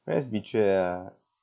friends betray ya ya